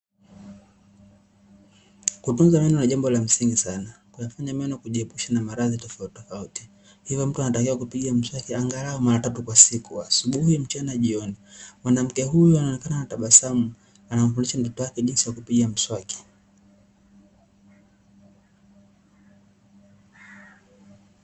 Kutunza meno ni jambo la msingi sana, kuyafanya meno kujiepusha na maradhi tofauti tofauti. Hivyo mtu anatakiwa kupiga mswaki angalau mara tatu kwa siku: asubuhi, mchana na jioni. mwanamke huyu anaonekana anatabasamu, anamfundisha mtoto wake jinsi ya kupiga mswaki.